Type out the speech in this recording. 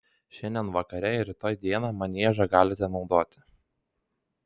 šiandien vakare ir rytoj dieną maniežą galite naudoti